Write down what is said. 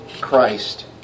Christ